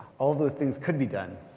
all those things could be done,